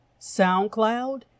soundcloud